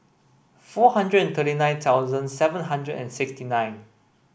four hundred and thirty nine thousand seven hundred and sixty nine